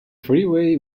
freeway